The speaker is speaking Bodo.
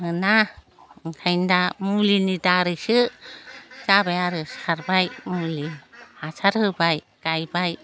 मोना ओंखायनो दा मुलिनि दारैसो जाबाय आरो सारबाय मुलि हासार होबाय गायबाय